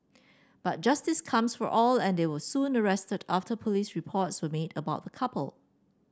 but justice comes for all and they were soon arrested after police reports were made about couple